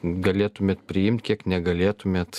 galėtumėt priimt kiek negalėtumėt